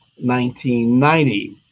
1990